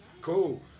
cool